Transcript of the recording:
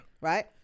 right